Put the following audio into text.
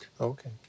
Okay